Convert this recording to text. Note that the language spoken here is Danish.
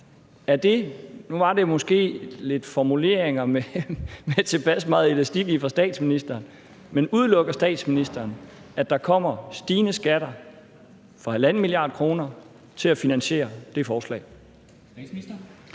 Nu var det måske formuleringer med tilpas meget elastik i fra statsministeren. Men udelukker statsministeren, at der kommer stigende skatter for 1½ mia. kr. til at finansiere det forslag?